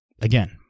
Again